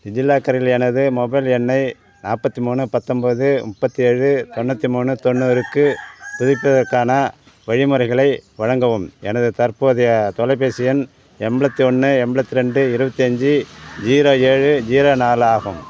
டிஜிலாக்கரில் எனது மொபைல் எண்ணை நாற்பத்தி மூணு பத்தொன்போது முப்பத்தேழு தொண்ணூற்றி மூணு தொண்ணூறுக்கு புதுப்பிப்பதற்கான வழிமுறைகளை வழங்கவும் எனது தற்போதைய தொலைபேசி எண் எண்லத்தி ஒன்று எண்லத்தி ரெண்டு இருபத்தஞ்சி ஜீரோ ஏழு ஜீரோ நாலு ஆகும்